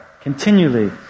continually